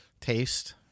taste